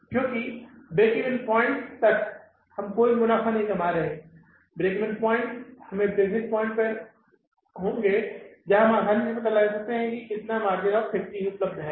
क्योंकि break even points तक हम कोई मुनाफ़ा नहीं कमा रहे हैं ब्रीकवेन प्वाइंट हम ब्रेक्जिट पॉइंट पर आ गए होंगे तब हम आसानी से पता लगा सकते हैं कि कितना मार्जिन ऑफ़ सेफ्टी उपलब्ध है